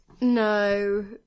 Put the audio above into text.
No